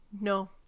No